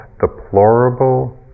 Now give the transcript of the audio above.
deplorable